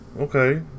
okay